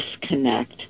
disconnect